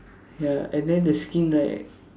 ya and then the skin right